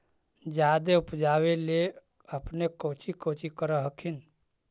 जादे उपजाबे ले अपने कौची कौची कर हखिन?